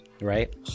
right